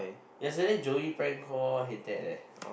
yesterday Joey prank call Hin-Teck leh